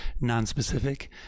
non-specific